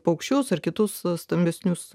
paukščius ar kitus stambesnius